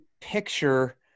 picture